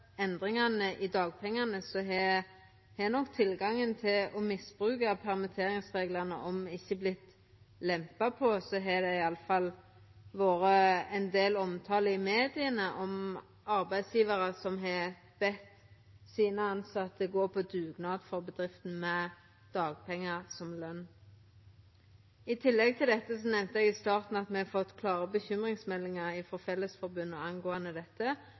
endringane i dagpengar, moglegheita for å misbruka permitteringsreglane vorte, om ikkje lempa på, så har det i alle fall vore ein del omtale i media om arbeidsgjevarar som har bede sine tilsette gå på dugnad for bedrifta, med dagpengar som løn. I tillegg til dette nemnte eg i starten at me har fått klare bekymringsmeldingar frå Fellesforbundet om dette,